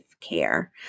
care